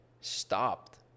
stopped